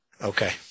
Okay